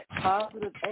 positive